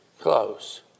close